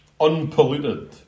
unpolluted